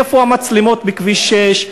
איפה המצלמות בכביש 6?